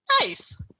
Nice